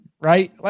right